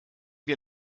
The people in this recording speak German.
wir